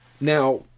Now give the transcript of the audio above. Now